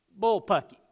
Bullpucky